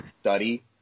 study